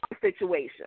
situation